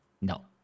No